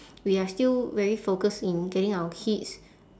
we are still very focused in getting our kids